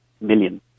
million